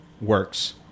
works